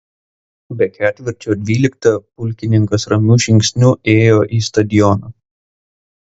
be ketvirčio dvyliktą pulkininkas ramiu žingsniu ėjo į stadioną